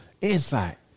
insight